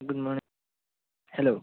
good morning hello